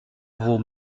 vaut